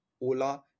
Ola